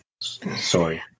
Sorry